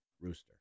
rooster